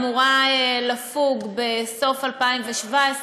אמורה לפוג בסוף 2017,